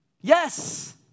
Yes